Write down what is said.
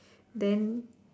then